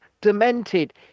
demented